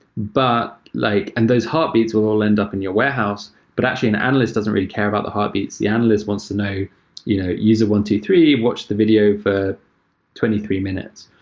but like and those heartbeats will all end up in your warehouse, but actually an analyst doesn't really care about the heartbeats. the analyst wants to know you know user one, two, three watched the video for twenty three minutes.